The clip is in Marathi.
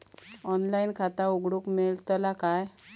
ऑनलाइन खाता उघडूक मेलतला काय?